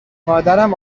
مادرم